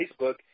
Facebook